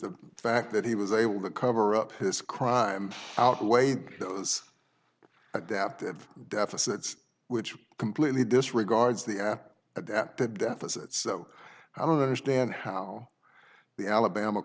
the fact that he was able to cover up his crime outweighed those adaptive deficit's which completely disregards the app at that deficit so i don't understand how the alabama